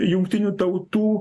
jungtinių tautų